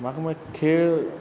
म्हाक म्हळ्या खेळ